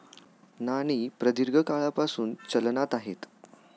नाणी प्रदीर्घ काळापासून चलनात आहेत